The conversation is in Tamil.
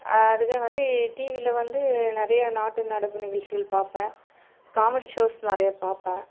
அதே மாதிரி டிவில வந்து நிறைய நாட்டு நடப்பு நிகழ்ச்சிகள் பார்ப்பன் காமெடி ஷோஸ் நிறைய பார்ப்பன்